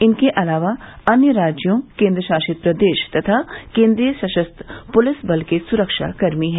इनके अलावा अन्य राज्यों केंद्रशासित प्रदेश तथा केन्द्रीय सशस्त्र पुलिस बल के सुरक्षाकर्मी हैं